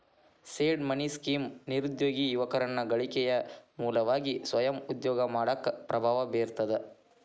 seed money scheme ನಿರುದ್ಯೋಗಿ ಯುವಕರನ್ನ ಗಳಿಕೆಯ ಮೂಲವಾಗಿ ಸ್ವಯಂ ಉದ್ಯೋಗ ಮಾಡಾಕ ಪ್ರಭಾವ ಬೇರ್ತದ